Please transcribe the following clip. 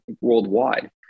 worldwide